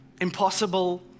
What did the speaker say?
impossible